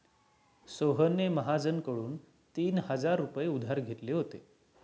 सोहनने महाजनकडून तीन हजार रुपये उधार घेतले होते